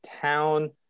town